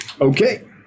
Okay